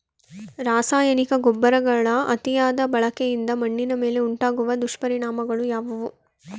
ರಾಸಾಯನಿಕ ಗೊಬ್ಬರಗಳ ಅತಿಯಾದ ಬಳಕೆಯಿಂದ ಮಣ್ಣಿನ ಮೇಲೆ ಉಂಟಾಗುವ ದುಷ್ಪರಿಣಾಮಗಳು ಯಾವುವು?